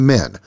Men